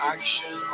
Action